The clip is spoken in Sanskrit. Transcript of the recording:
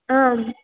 आम्